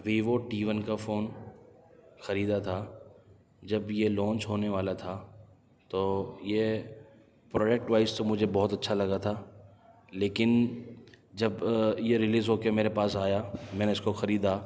Vivo T one کا phone خریدا تھا جب یہ لانچ ہونے والا تھا تو یہ پروڈکٹ وائس تو بہت اچھا لگا تھا لیکن جب یہ ریلیز ہو کے میرے پاس آیا میں نے اس کو خریدا